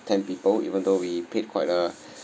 ten people even though we paid quite a